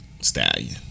stallion